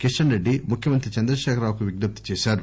కిషన్ రెడ్డి ముఖ్యమంత్రి చంద్రశేఖరరావుకు విజ్ఞప్తి చేశారు